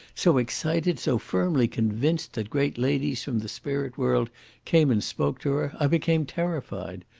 so excited, so firmly convinced that great ladies from the spirit world came and spoke to her, i became terrified.